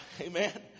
Amen